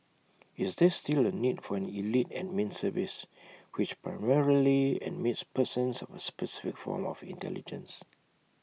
is there still A need for an elite admin service which primarily admits persons of A specific form of intelligence